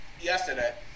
yesterday